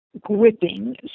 gripping